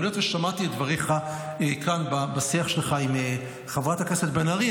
אבל היות ושמעתי את דבריך כאן בשיח שלך עם חברת הכנסת בן ארי,